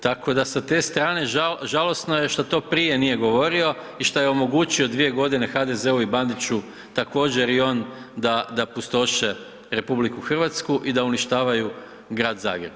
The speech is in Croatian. Tako da sa te strane žalosno je što to prije nije govorio i šta je omogućio 2 godine HDZ-u i Bandiću također i on da pustoše RH i da uništavaju Grad Zagreb.